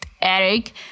eric